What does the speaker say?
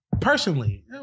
personally